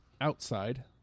Outside